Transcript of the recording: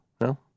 No